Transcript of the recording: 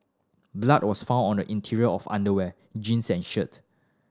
blood was found on the interior of underwear jeans and shirt